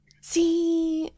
See